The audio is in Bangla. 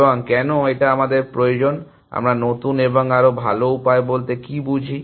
এবং কেন এটা আমাদের প্রয়োজন আমরা নতুন এবং আরও ভাল উপায় বলতে কী বুঝি